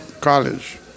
College